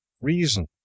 Reason